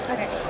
Okay